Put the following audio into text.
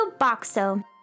Boxo